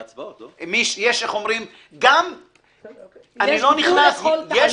יש, איך אומרים --- יש גבול לכל תעלול.